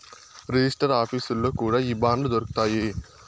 register ఆఫీసుల్లో కూడా ఈ బాండ్లు దొరుకుతాయి